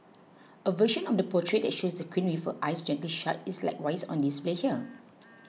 a version of the portrait that shows the Queen with her eyes gently shut is likewise on display here